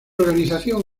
organización